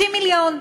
60 מיליון.